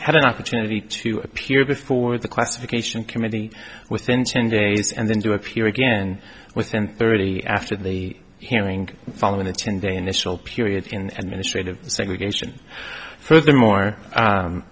had an opportunity to appear before the classification committee within ten days and then to appear again within thirty after the hearing following the ten day initial period in ministry of segregation furthermore